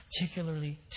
particularly